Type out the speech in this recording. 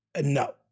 No